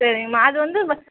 சரிங்கம்மா அது வந்து வ